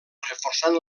reforçant